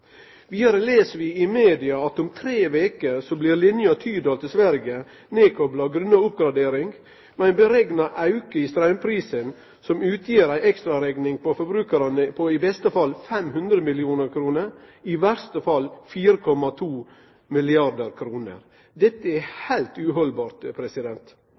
Vidare les vi i media at om tre veker blir linja frå Tydal til Sverige kopla ned grunna oppgradering, med ein berekna auke i straumprisen som utgjer ei ekstrarekning for forbrukarane på i beste fall 500 mill. kr, i verste fall 4,2 milliardar kr. Dette er heilt uhaldbart.